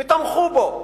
ותמכו בו.